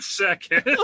second